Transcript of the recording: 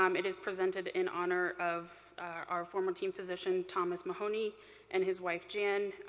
um it is presented in honor of our former team physician, thomas mahoney and his wife jen,